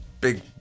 big